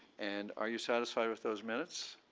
and are you satisfied with those minutes?